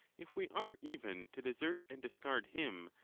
if we are even to desert and discard him,